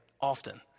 often